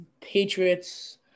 Patriots